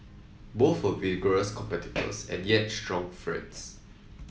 both were vigorous competitors and yet strong friends